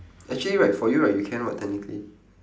actually right for you right you can what technically